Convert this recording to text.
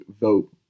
vote